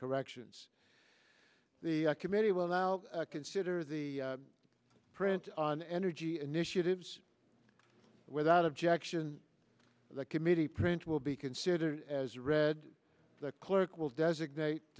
corrections the committee will now consider the print on energy initiatives without objection the committee print will be considered as read the clerk will designate